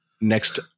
Next